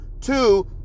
Two